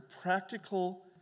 practical